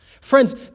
Friends